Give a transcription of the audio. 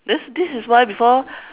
this this is why before